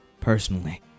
personally